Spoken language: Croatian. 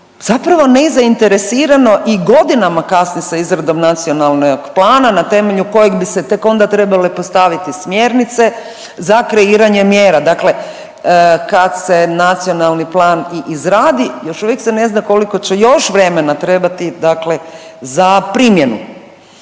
zapravo nezainteresirano i godinama kasni sa izradom nacionalnog plana na temelju kojeg bi se tek onda trebale postaviti smjernice za kreiranje mjera. Dakle, kad se nacionalni plan i izradi još uvijek se ne zna koliko će još vremena trebati za primjenu.